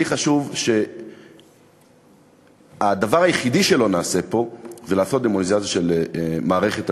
לי חשוב שהדבר היחידי שלא נעשה פה זה דמוניזציה של מערכת המשפט.